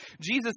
Jesus